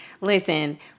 Listen